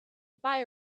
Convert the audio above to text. buy